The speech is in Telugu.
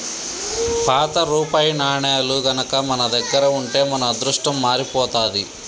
పాత రూపాయి నాణేలు గనక మన దగ్గర ఉంటే మన అదృష్టం మారిపోతాది